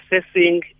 assessing